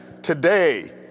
Today